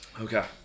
Okay